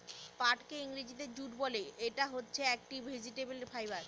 পাটকে ইংরেজিতে জুট বলে, ইটা হচ্ছে একটি ভেজিটেবল ফাইবার